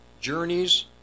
journeys